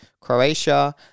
Croatia